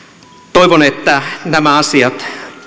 toivon että nämä asiat